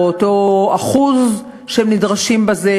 באותו אחוז שהם נדרשים בזה,